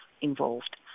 involved